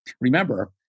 Remember